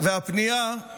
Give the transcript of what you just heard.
הפנייה,